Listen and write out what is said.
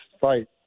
fight